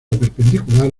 perpendicular